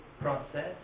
process